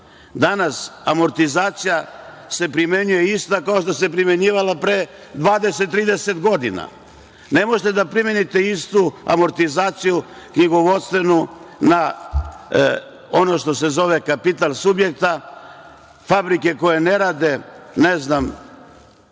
Danas amortizacija se primenjuje ista kao što se primenjivala pre 20, 30 godina. Ne možete da primenite istu amortizaciju knjigovodstvenu na ono što se zove kapital subjekta, fabrike koje ne rade, ne znam,